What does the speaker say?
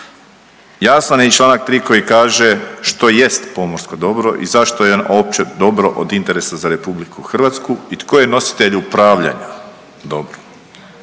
Jasan je i Članak 3. koji kaže što jest pomorsko dobro i zašto je opće dobro od interesa za RH i tko je nositelj upravljanja dobrom.